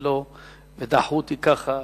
ודחו אותי ככה,